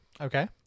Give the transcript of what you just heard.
Okay